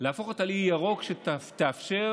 שיאפשר